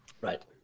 Right